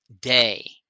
day